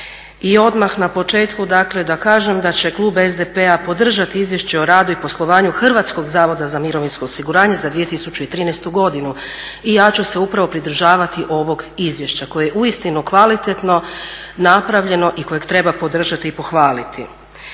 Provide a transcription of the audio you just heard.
I odmah na početku dakle da kažem da će klub SDP-a podržati izvješće o radu i poslovanju HZMO za 2013.godinu i ja ću se upravo pridržavati ovog izvješća koje je uistinu kvalitetno napravljeno i kojeg treba podržati i pohvaliti.